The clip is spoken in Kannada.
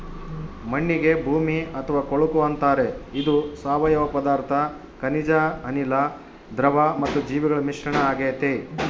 ಮಣ್ಣಿಗೆ ಭೂಮಿ ಅಥವಾ ಕೊಳಕು ಅಂತಾರೆ ಇದು ಸಾವಯವ ಪದಾರ್ಥ ಖನಿಜ ಅನಿಲ, ದ್ರವ ಮತ್ತು ಜೀವಿಗಳ ಮಿಶ್ರಣ ಆಗೆತೆ